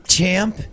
Champ